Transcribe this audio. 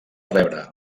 rebre